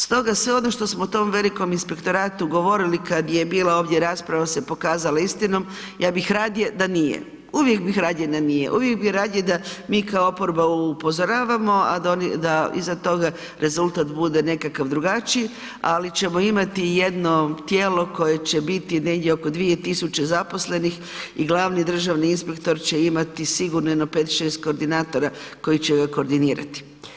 Stoga sve ono što u tom velikom inspektoratu govorili kad je bila ovdje rasprava se pokazala istinom, ja bih radije da nije, uvijek bih radije da nije, uvijek bi radije da mi kao oporba upozoravamo a da iza toga rezultat bude nekakav drugačiji ali ćemo imati jedno tijelo koje će biti negdje oko 2000 zaposlenih i glavni državni inspektor će imati sigurno jedno 5, 6 koordinatora koji će koordinirati.